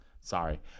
sorry